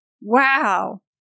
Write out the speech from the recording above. Wow